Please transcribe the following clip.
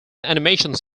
animations